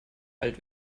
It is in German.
alt